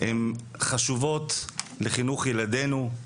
הן חשובות לחינוך ילדינו,